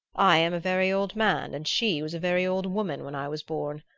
i am a very old man and she was a very old woman when i was born.